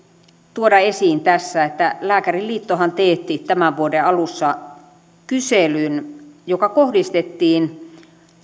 tuoda esiin tässä että lääkäriliittohan teetti tämän vuoden alussa kyselyn joka kohdistettiin